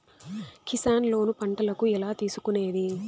Kisan loan పంటలకు ఎలా తీసుకొనేది?